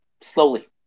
slowly